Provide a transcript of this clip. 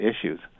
issues